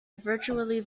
virtually